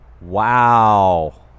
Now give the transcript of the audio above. Wow